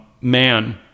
man